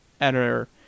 editor